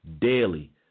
daily